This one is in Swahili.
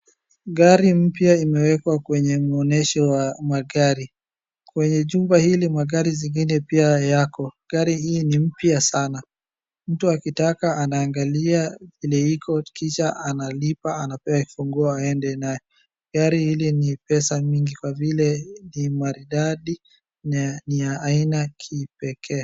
Gari mpya imewekwa kwenye maonyesho ya magari, kwenye jumba hili magari zingine pia yako, gari hii ni mpya sana. Mtu akitaka anaangalia vile iko kisha analipa, anapewa funguo aende nayo. Gari hili ni pesa mingi kwa vile ni maridadi na ni aina ya kipekee.